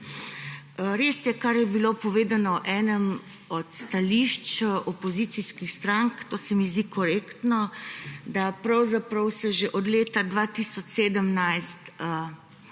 Res je, kar je bilo povedano v enem od stališč opozicijskih strank, to se mi zdi korektno, da se pravzaprav že od leta 2017